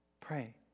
Pray